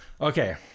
Okay